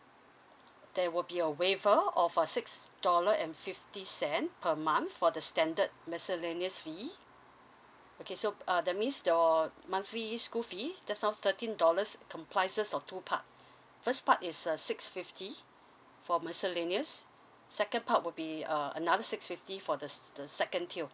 there will be a waiver of uh six dollar and fifty cent per month for the standard miscellaneous fee okay so uh that means your monthly school fees just now thirteen dollars comprises of two part first part is uh six fifty for miscellaneous second part would be uh another six fifty for the s the second tier